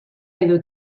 edo